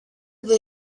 the